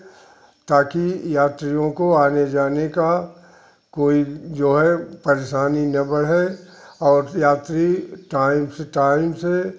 ताकि यात्रियों लोगों को आने जाने का कोई जो है परेशानी न बने और यात्री टाइम से टाइम से